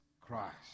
Christ